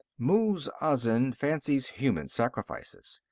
muz-azin fancies human sacrifices.